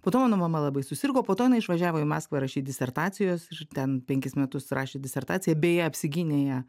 po to mano mama labai susirgo po to jinai išvažiavo į maskvą rašyt disertacijos ir ten penkis metus rašė disertaciją beje apsigynė ją